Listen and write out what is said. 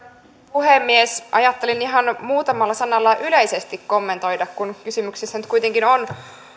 puhemies ajattelin ihan muutamalla sanalla yleisesti kommentoida kun kysymyksessä nyt kuitenkin on